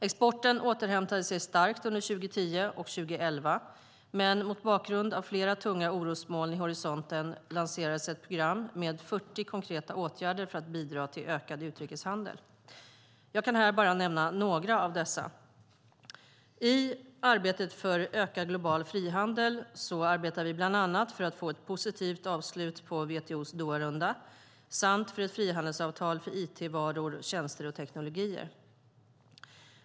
Exporten återhämtade sig starkt under 2010 och 2011, men mot bakgrund av flera tunga orosmoln i horisonten lanserades ett program med 40 konkreta åtgärder för att bidra till ökad utrikeshandel. Jag kan här bara nämna några av dessa. I arbetet för ökad global frihandel arbetar vi bland annat för att få ett positivt avslut på WTO:s Doharunda samt för ett frihandelsavtal för it-varor och tjänster samt teknologier.